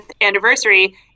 anniversary